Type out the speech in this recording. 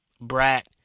brat